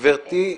גבירתי.